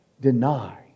deny